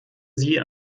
sie